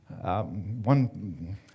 one